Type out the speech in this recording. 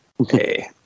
okay